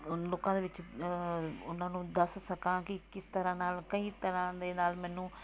ਲੋਕਾਂ ਦੇ ਵਿੱਚ ਉਹਨਾਂ ਨੂੰ ਦੱਸ ਸਕਾਂ ਕਿ ਕਿਸ ਤਰ੍ਹਾਂ ਨਾਲ ਕਈ ਤਰ੍ਹਾਂ ਦੇ ਨਾਲ ਮੈਨੂੰ